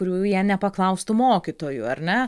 kurių jie nepaklaustų mokytojų ar ne